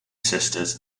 sisters